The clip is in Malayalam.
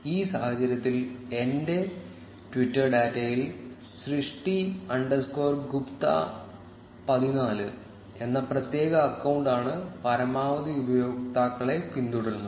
ഈ സാഹചര്യത്തിൽ എന്റെ ട്വിറ്റർ ഡാറ്റയിൽ സൃഷ്ടി അണ്ടർസ്കോർ ഗുപ്ത 14 എന്ന പ്രത്യേക അക്കൌണ്ട് ആണ് പരമാവധി ഉപയോക്താക്കളെ പിന്തുടരുന്നത്